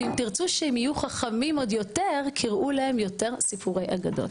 ואם תרצו שהם יהיו חכמים עוד יותר קרוא להם יותר סיפורי אגדות.